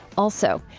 also,